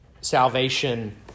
salvation